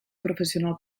professional